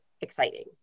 exciting